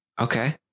Okay